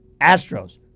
Astros